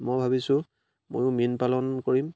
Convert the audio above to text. মই ভাবিছোঁ ময়ো মীন পালন কৰিম